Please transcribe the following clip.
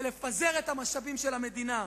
ולפזר את המשאבים של המדינה.